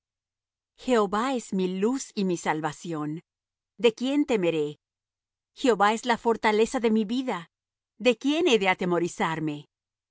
jehova es mi luz y mi salvación de quién temeré jehová es la fortaleza de mi vida de quién he de atemorizarme